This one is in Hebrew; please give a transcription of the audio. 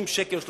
זה